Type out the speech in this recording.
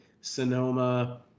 Sonoma